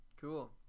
cool